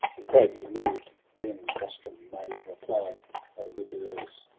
and, greatly moved, then rustum made reply a o gudurz,